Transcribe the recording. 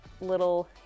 little